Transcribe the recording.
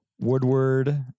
Woodward